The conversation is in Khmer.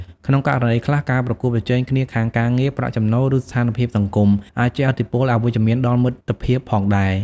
ក្នុងករណីខ្លះ ការប្រកួតប្រជែងគ្នាខាងការងារ ប្រាក់ចំណូល ឬស្ថានភាពសង្គម អាចជះឥទ្ធិពលអវិជ្ជមានដល់មិត្តភាពផងដែរ ។